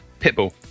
Pitbull